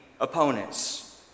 opponents